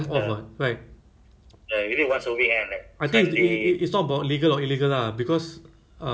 feel macam pressure kan we we like they call it give and take ah